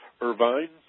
Irvine